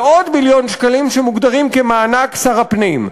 ועוד מיליון שקלים שמוגדרים מענק שר הפנים.